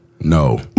No